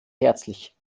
herzlich